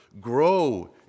Grow